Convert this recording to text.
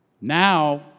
now